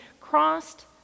crossed